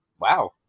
wow